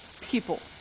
people